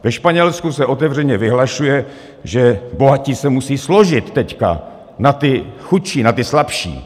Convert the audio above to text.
Ve Španělsku se otevřeně vyhlašuje, že bohatí se musí složit teď na ty chudší, na ty slabší.